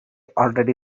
already